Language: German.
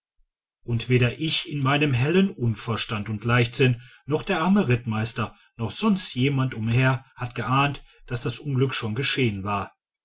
und weder ich in meinem hellen unverstand und leichtsinn noch der arme rittmeister noch sonst jemand umher hat geahnt daß das unglück schon geschehen war